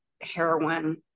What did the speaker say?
heroin